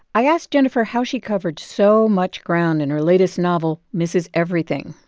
i asked jennifer how she covered so much ground in her latest novel mrs. everything.